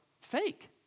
fake